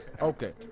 Okay